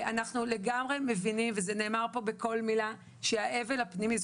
אנחנו לגמרי מבינים וזה נאמר פה בכל מילה שהאבל הפנימי,